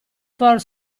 for